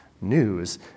news